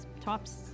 TOPS